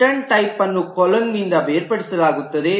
return ಟೈಪ್ನ್ನು colon ನಿಂದ ಬೇರ್ಪಡಿಸಲಾಗುತ್ತದೆ